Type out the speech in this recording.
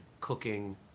cooking